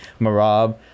Marab